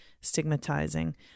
stigmatizing